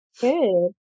Good